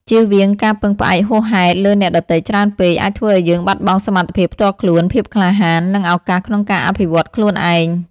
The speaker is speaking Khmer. ជៀសវាងការពឹងផ្អែកហួសហេតុលើអ្នកដទៃច្រើនពេក អាចធ្វើឲ្យយើងបាត់បង់សមត្ថភាពផ្ទាល់ខ្លួន ភាពក្លាហាន និងឱកាសក្នុងការអភិវឌ្ឍខ្លួនឯង។